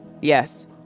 Yes